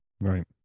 Right